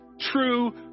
true